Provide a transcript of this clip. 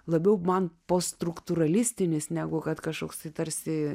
labiau man postruktūralistinis negu kad kažkoks tai tarsi